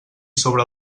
sobre